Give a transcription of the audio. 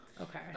Okay